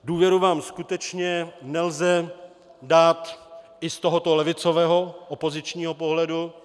Důvěru vám skutečně nelze dát i z tohoto levicového opozičního pohledu.